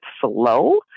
slow